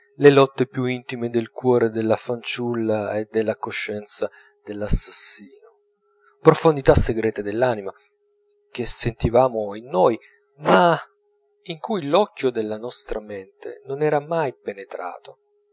le lotte più intime del cuore della fanciulla e della coscienza dell'assassino profondità segrete dell'anima che sentivamo in noi ma in cui l'occhio della nostra mente non era mai penetrato